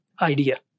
idea